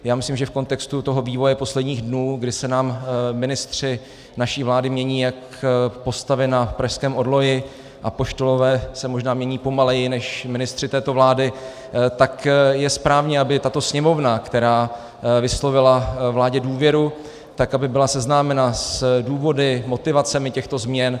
Já myslím, že v kontextu vývoje posledních dnů, kdy se nám ministři naší vlády mění jak postavy na pražském orloji, apoštolové se možná mění pomaleji než ministři této vlády, tak je správně, aby tato Sněmovna, která vyslovila vládě důvěru, byla seznámena s důvody, motivacemi těchto změn.